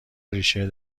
ریشه